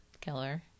killer